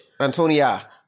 Antonia